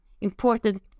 Important